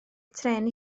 trên